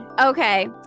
Okay